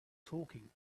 talking